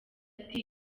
ati